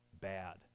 bad